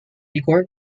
igor